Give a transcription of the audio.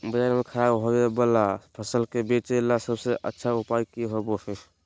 बाजार में खराब होबे वाला फसल के बेचे ला सबसे अच्छा उपाय की होबो हइ?